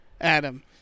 Adam